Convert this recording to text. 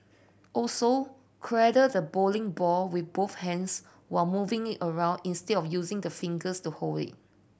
also cradle the bowling ball with both hands while moving it around instead of using the fingers to hold it